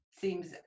seems